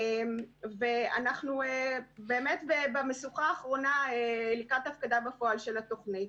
אנחנו באמת במשוכה האחרונה לקראת הפקדה בפועל של התוכנית.